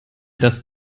dass